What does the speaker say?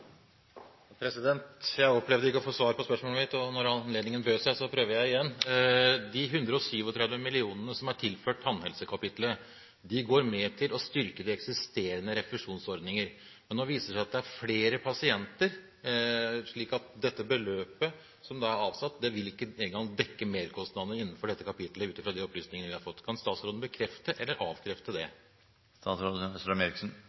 Jeg opplevde ikke å få svar på spørsmålet mitt, og når anledningen byr seg, prøver jeg igjen. De 137 mill. kr som er tilført tannhelsekapittelet, går med til å styrke de eksisterende refusjonsordninger. Nå viser det seg at det er flere pasienter, slik at det beløpet som er avsatt, ikke engang vil dekke merkostnadene innenfor dette kapittelet, ut fra de opplysninger vi har fått. Kan statsråden bekrefte eller avkrefte